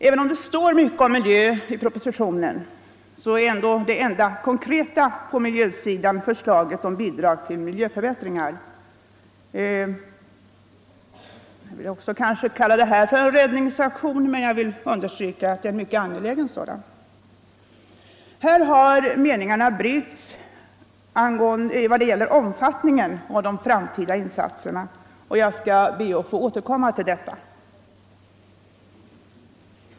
Även om det står mycket om miljö i propositionen är ändå det enda konkreta på miljösidan förslaget om bidrag till miljöförbättringar. Jag vill kalla också det för en räddningsaktion, men jag vill understryka att det är en mycket angelägen sådan. Här har meningarna brutits i vad gäller omfattningen av de framtida insatserna, och jag skall be att få återkomma till detta.